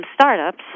startups